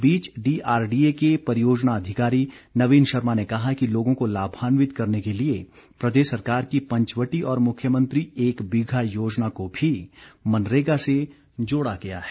इस बीच डीआरडीए के परियोजना अधिकारी नवीन शर्मा ने कहा है कि लोगों को लाभान्वित करने के लिए प्रदेश सरकार की पंचवटी और मुख्यमंत्री एक बीघा योजना को भी मनरेगा से जोड़ा गया है